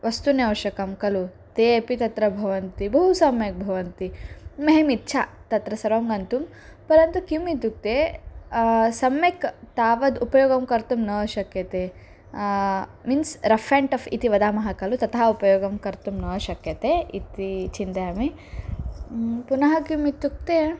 वस्तूनि अवश्यकं खलु ते अपि तत्र भवन्ति बहु सम्यक् भवन्ति मह्यम् इच्छा तत्र सर्वं गन्तुं परन्तु किम् इत्युक्ते सम्यक् तावत् उपयोगं कर्तुं न शक्यते मीन्स् रफ़् एण्ड् टफ़् इति वदामः खलु तथा उपयोगं कर्तुं न शक्यते इति चिन्तयामि पुनः किम् इत्युक्ते